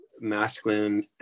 masculine